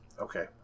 Okay